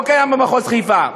לא קיים במחוז חיפה,